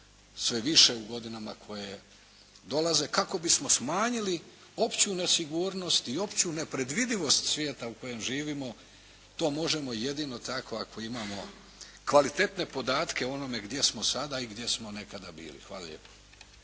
sve više u godinama koje dolaze, kako bismo smanjili opću nesigurnost i opću nepredvidivost svijeta u kojem živimo. To možemo jedino tako ako imamo kvalitetne podatke o onome gdje smo sada i gdje smo nekada bili. Hvala lijepo.